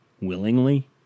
Willingly